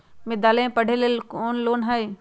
विद्यालय में पढ़े लेल कौनो लोन हई?